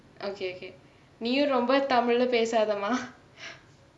okay okay நீயும் ரொம்ப:neeyum romba tamil லே பேசாதமா:lae pesaathamaa